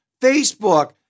Facebook